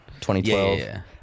2012